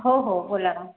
हो हो बोला ना